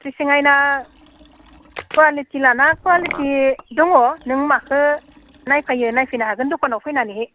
dressing आइना quality लाना quality दङ नों माखो नायफायो नायफैनो हागोन दखानाव फैनानैहै